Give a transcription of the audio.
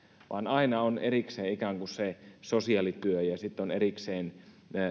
vaan aina on ikään kuin erikseen sosiaalityö ja ja sitten on erikseen